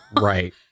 right